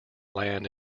land